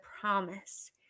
promise